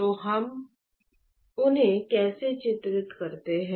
तो हम उन्हें कैसे चित्रित करते हैं